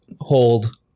hold